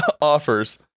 offers